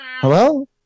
Hello